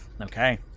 Okay